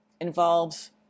involves